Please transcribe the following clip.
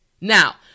Now